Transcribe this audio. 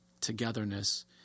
togetherness